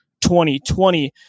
2020